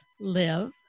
live